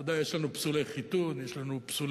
אתה יודע, יש לנו פסולי חיתון, יש לנו פסולי,